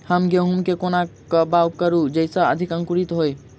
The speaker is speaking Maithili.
हम गहूम केँ कोना कऽ बाउग करू जयस अधिक अंकुरित होइ?